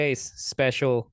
special